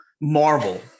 Marvel